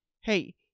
Hey